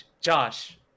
Josh